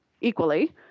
equally